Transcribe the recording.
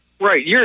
Right